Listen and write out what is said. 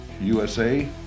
USA